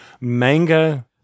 Manga